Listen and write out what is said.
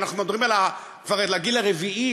אנחנו מדברים כבר על הגיל הרביעי,